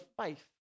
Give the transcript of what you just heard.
faith